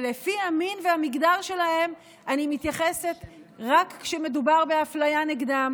לפי המין והמגדר שלהם אני מתייחסת רק כשמדובר באפליה נגדם,